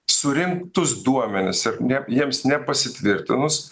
surinktus duomenis ir net jiems nepasitvirtinus